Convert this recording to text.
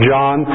John